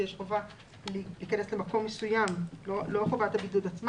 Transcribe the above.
כאשר יש חובה להיכנס למקום מסוים ולא חובת ההבידוד עצמה.